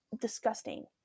disgusting